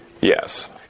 Yes